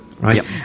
right